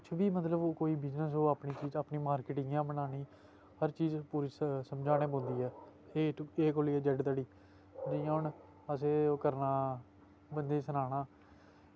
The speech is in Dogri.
किश बी मतलब कोई बिज़नस होऐ अपनी मार्किट इ'यां बनानी हर चीज पूरी समझानी पौंदी ऐ ए कोला लोइयै जैड्ड धोड़ी जि'यां हून असें ओह् करना बंदें ई सनाना